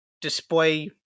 display